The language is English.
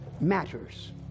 matters